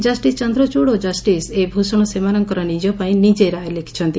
justice Chandrachud ଓ justice A Bhushan ସେମାନଙ୍କର ନିଜ ପାଇଁ ନିଜେ ରାୟ ଲେଖିଛନ୍ତି